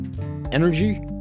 energy